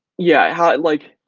yeah, like,